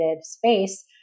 space